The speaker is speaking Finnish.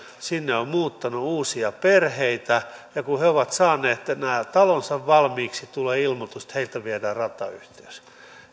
sinne on muuttanut uusia perheitä ja kun he ovat saaneet nämä talonsa valmiiksi tulee ilmoitus että heiltä viedään ratayhteys